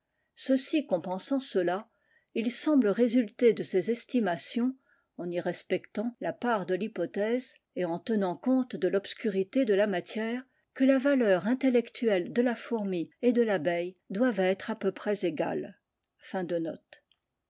ceci compensant c il semble résulter de ces estimations en y respectant part de thypolbèse et en tenant compte de tobscuiité d k matière que la valeur intellectuelle de la fourmi et de tab i doive être à peu près égaie